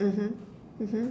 mmhmm mmhmm